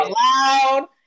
loud